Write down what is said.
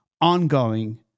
ongoing